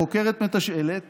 החוקרת מתשאלת